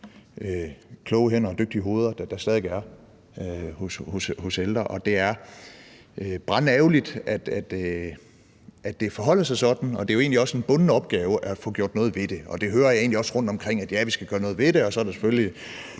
kloge hoveder og dygtige hænder, der stadig er hos ældre. Det er brandærgerligt, at det forholder sig sådan, og det er jo egentlig også en bunden opgave at få gjort noget ved det, og jeg hører egentlig også rundtomkring, at vi skal gøre noget ved, men så er der selvfølgelig